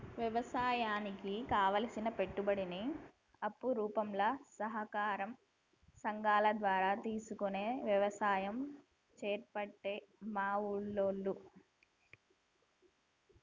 వ్యవసాయానికి కావలసిన పెట్టుబడిని అప్పు రూపంల సహకార సంగాల ద్వారా తీసుకొని వ్యసాయం చేయబట్టే మా ఉల్లోళ్ళు